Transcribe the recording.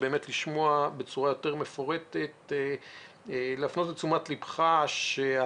אני רוצה להפנות את תשומת ליבך לכך שהצוות